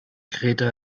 kreta